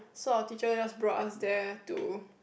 so our teacher just brought us there to